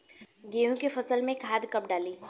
गेहूं के फसल में खाद कब डाली?